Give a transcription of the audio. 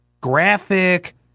graphic